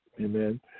Amen